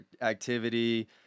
activity